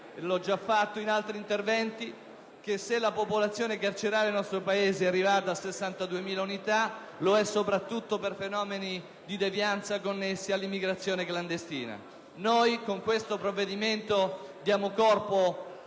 lo ho già fatto in altri interventi, che se la popolazione carceraria nel nostro Paese è arrivata a 62.000 unità ciò è dovuto soprattutto a fenomeni di devianza connessi all'immigrazione clandestina. Noi con questo provvedimento diamo corpo